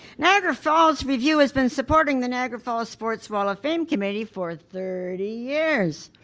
niagara falls review has been supporting the niagara falls sports wall of fame committee for thirty years,